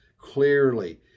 clearly